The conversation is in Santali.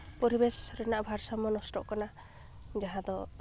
ᱯᱚᱨᱤᱵᱮᱥ ᱨᱮᱱᱟᱜ ᱵᱷᱟᱨᱥᱟᱢᱢᱚ ᱱᱚᱥᱴᱚᱜ ᱠᱟᱱᱟ ᱡᱟᱦᱟᱸ ᱫᱚ